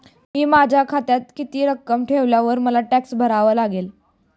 मी माझ्या खात्यात किती रक्कम ठेवल्यावर मला टॅक्स भरावा लागेल?